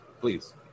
please